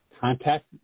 contact